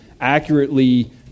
accurately